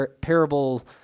parable